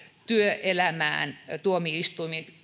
työelämään tuomioistuimissa